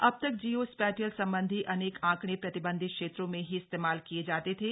अब तक geospatial संबंधी अनेक आंकड़े प्रतिबंधित क्षेत्रों में ही इस्तेमाल किये जाते थे